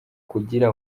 kugira